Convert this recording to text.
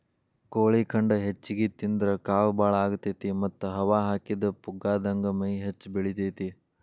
ಕೋಳಿ ಖಂಡ ಹೆಚ್ಚಿಗಿ ತಿಂದ್ರ ಕಾವ್ ಬಾಳ ಆಗತೇತಿ ಮತ್ತ್ ಹವಾ ಹಾಕಿದ ಪುಗ್ಗಾದಂಗ ಮೈ ಹೆಚ್ಚ ಬೆಳಿತೇತಿ